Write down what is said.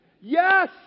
yes